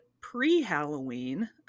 pre-Halloween